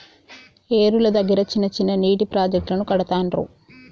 ఏరుల దగ్గర చిన్న చిన్న నీటి ప్రాజెక్టులను కడతారు